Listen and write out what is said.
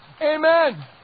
Amen